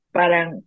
parang